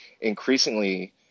increasingly